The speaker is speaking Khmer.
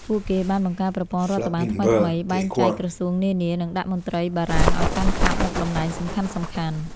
ពួកគេបានបង្កើតប្រព័ន្ធរដ្ឋបាលថ្មីៗ បែងចែកក្រសួងនានា និងដាក់មន្ត្រីបារាំងឱ្យកាន់កាប់មុខតំណែងសំខាន់ៗ។